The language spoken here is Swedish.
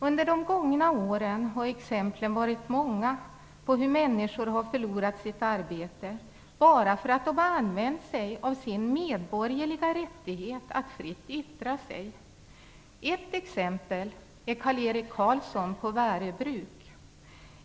Under de gångna åren har exemplen varit många på människor som har förlorat sitt arbete bara därför att de har använt sig av sin medborgerliga rättighet att fritt yttra sig. Ett exempel är Karl-Erik Karlsson på Värö Bruk.